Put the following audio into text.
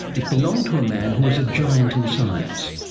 it belonged to a man who was a giant in science.